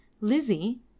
Lizzie